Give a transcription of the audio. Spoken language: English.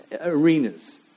arenas